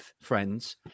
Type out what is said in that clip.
friends